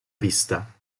vista